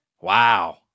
Wow